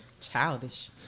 Childish